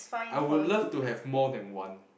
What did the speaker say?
I would love to have more than one